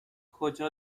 کجا